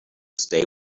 stay